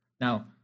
Now